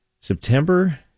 September